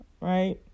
right